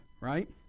right